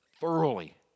thoroughly